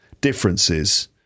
differences